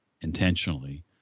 intentionally